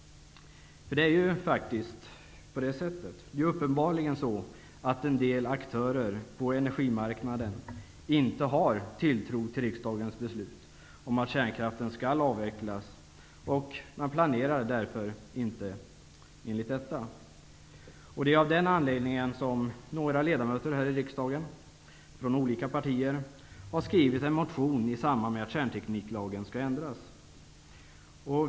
Det är uppenbarligen så, att en del aktörer på energimarknaden inte har tilltro till riksdagens beslut om att kärnkraften skall avvecklas. Man planerar därför inte med hänsyn till detta. Det är av den anledningen som några ledamöter här i riksdagen från olika partier har väckt en motion i samband med förslaget om en ändring av kärntekniklagen.